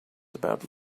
about